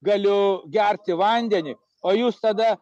galiu gerti vandenį o jūs tada